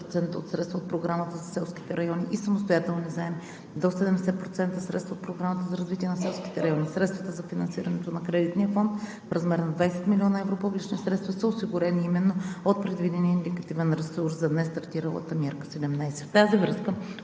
от средствата от Програмата за селските райони, и самостоятелни заеми – до 70% средства от Програмата за развитие на селските райони. Средствата за финансирането на кредитния фонд в размер на 20 млн. евро – публични средства, са осигурени именно от предвидения индикативен ресурс за нестартиралата Мярка 17.